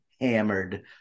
hammered